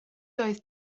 doedd